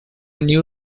new